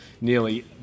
nearly